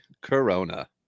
corona